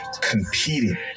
competing